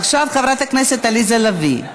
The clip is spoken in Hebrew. עכשיו, חברת הכנסת עליזה לביא,